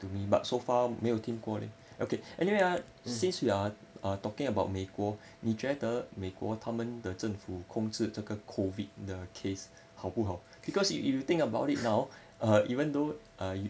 to me but so far milton quality okay anyway since we are talking about 美国你觉得美国她们的政府控制 took a COVID the case 好不好 because you if you think about it now orh even though